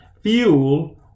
Fuel